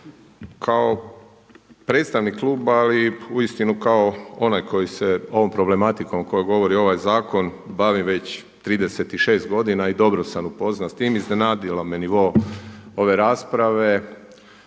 Kao predstavnik kluba, ali uistinu kao onaj koji se ovom problematikom o kojoj govori ovaj zakon bavi već 36 godina i dobro sam upoznat s tim iznenadio mi nivo ove rasprave